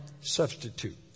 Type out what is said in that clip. substitute